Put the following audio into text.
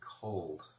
cold